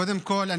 קודם כול,